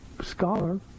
scholar